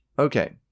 Okay